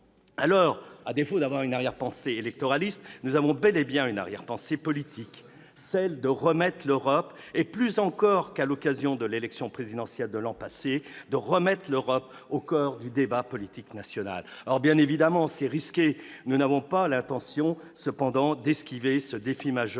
Alors, à défaut d'avoir une arrière-pensée électoraliste, nous avons bel et bien une arrière-pensée politique : celle de remettre l'Europe- plus encore qu'à l'occasion de l'élection présidentielle de l'an passé -au coeur du débat politique national. Bien évidemment, c'est risqué, mais nous n'avons pas l'intention d'esquiver ce défi majeur